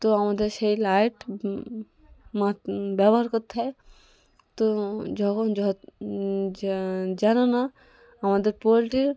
তো আমাদের সেই লাইট মাত ব্যবহার করতে হয় তো যখন ঝত যা যেন না আমাদের পোলট্রির